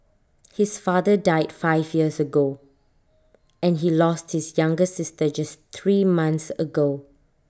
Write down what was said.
his father died five years ago and he lost his younger sister just three months ago